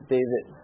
David